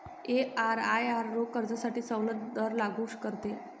एमआरआयआर रोख कर्जासाठी सवलत दर लागू करते